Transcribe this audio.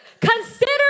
Consider